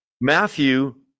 Matthew